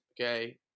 okay